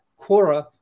quora